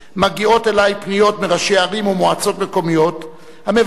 מגיעות אלי פניות מראשי ערים ומועצות מקומיות המבקשים